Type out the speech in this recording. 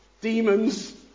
demons